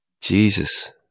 Jesus